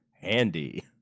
handy